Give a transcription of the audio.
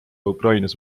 ukrainas